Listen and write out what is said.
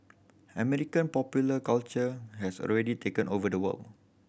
American popular culture has already taken over the world